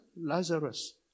Lazarus